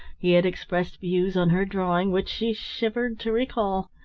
he had expressed views on her drawing which she shivered to recall.